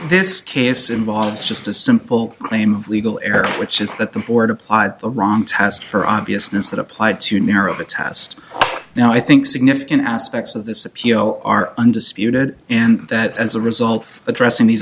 this case involves just a simple claim legal error which is that the board applied a wrong test for obviousness that applied to narrow the test now i think significant aspects of this appeal are undisputed and that as a result addressing these